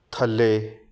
ਥੱਲੇ